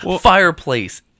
Fireplace